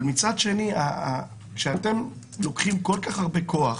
אבל מצד שני, כשאתם לוקחים כל כך הרבה כוח